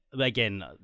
Again